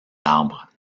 arbres